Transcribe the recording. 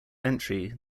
entry